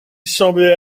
semblait